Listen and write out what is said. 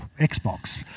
Xbox